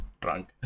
drunk